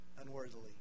unworthily